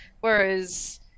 whereas